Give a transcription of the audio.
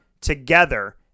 together